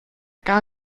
gar